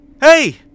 Hey